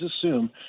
assume